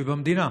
רבה.